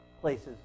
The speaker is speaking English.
places